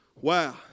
Wow